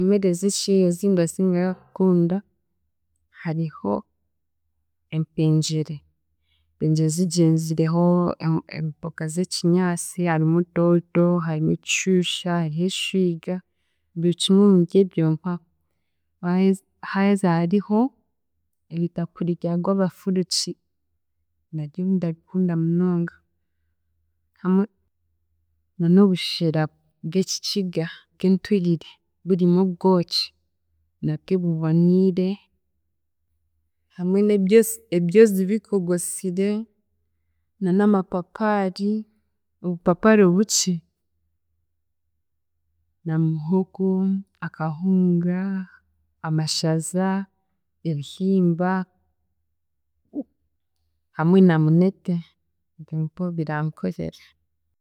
Emere zeshi ezindasingayo kukunda, hariho; empengyere, empengyere zigyenzireho emo- emboga z'ekinyaasi; harimu doodo, harimu ekishuusha, hariho eshwija buri kimwe omuryeryo mpaaho waaheza, haaheza hariho ebitakuri bya gwabafuruki, nabyo ndabikunda munonga hamwe na n'obushera bw'Ekikiga bw'enturire burimu obwoki nabwe buboniire hamwe n'ebyosi ebyozi bikogosire na n'amapapaari, obupapaari obukye na muhogo, akahunga, amashaza, ebihimba, hamwe na munete, ebyo mpaho birankorera.